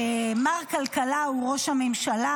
מר כלכלה הוא ראש הממשלה.